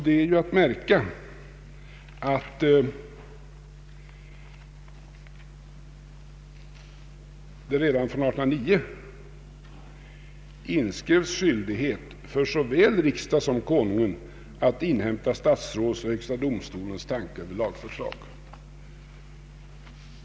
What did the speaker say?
Det är att märka att det redan 1809 inskrevs skyldighet för såväl riksdagen som Konungen att inhämta statsrådets och högsta domstolens tankar över lagförslag.